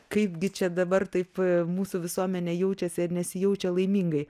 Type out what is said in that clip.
kaipgi čia dabar taip mūsų visuomenė jaučiasi ar nesijaučia laimingai